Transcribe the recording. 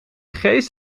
geest